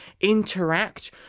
interact